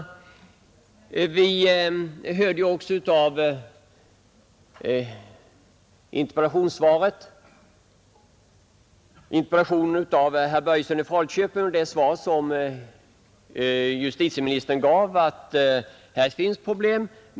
Av det svar som justitieministern lämnat på herr Börjessons i Falköping interpellation hörde vi också att det finns problem här.